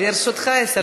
לרשותך עשר דקות.